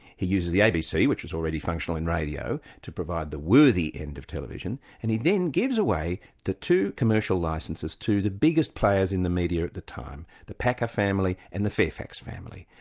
he uses the abc, which was already functional in radio, to provide the worthy end of television, and he then gives away the two commercial licences to the biggest players in the media at the time the packer family and the fairfax family.